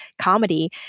comedy